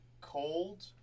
cold